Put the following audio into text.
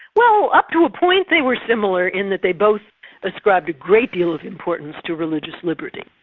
well up to a point they were similar in that they both ascribed a great deal of importance to religious liberty.